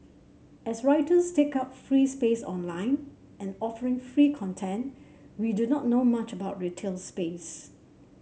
as writers take up free space online and offering free content we do not know much about retail space